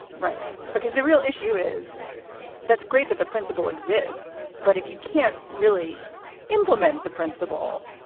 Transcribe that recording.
right. because the real issue is that's great, that the principle exists. but if you can't really implement the principle,